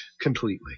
completely